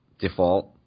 default